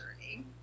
journey